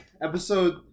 Episode